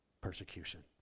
persecution